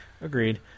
Agreed